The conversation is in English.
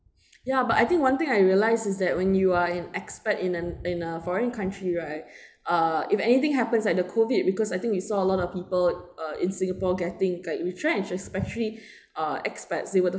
ya but I think one thing I realized is that when you're an expat in an in a foreign country right uh if anything happens at the COVID because I think we saw a lot of people uh in singapore getting like retrenched especially uh expats they were the